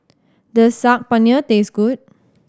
does Saag Paneer taste good